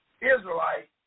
Israelite